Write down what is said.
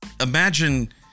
imagine